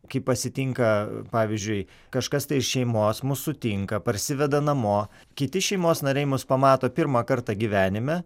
kai pasitinka pavyzdžiui kažkas tai iš šeimos mus sutinka parsiveda namo kiti šeimos nariai mus pamato pirmą kartą gyvenime